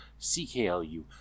CKLU